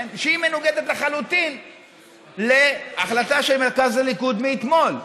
שהיא מנוגדת לחלוטין להחלטה של מרכז הליכוד מאתמול.